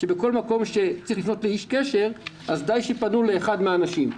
שבכל מקום שצריך לפנות לאיש קשר אז די שייפנו לאחד מן האנשים.